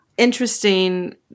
interesting